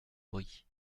brie